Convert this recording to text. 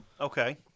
Okay